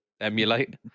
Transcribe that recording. emulate